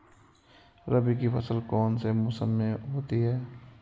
रबी की फसल कौन से मौसम में होती है?